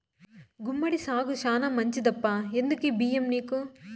గుమ్మడి సాగు శానా మంచిదప్పా ఎందుకీ బయ్యం నీకు